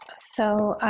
so,